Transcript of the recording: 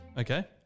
Okay